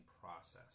process